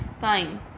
fine